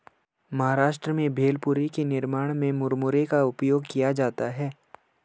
महाराष्ट्र में भेलपुरी के निर्माण में मुरमुरे का उपयोग किया जाता है